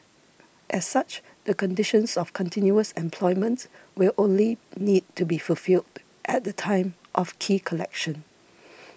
as such the conditions of continuous employment will only need to be fulfilled at the time of key collection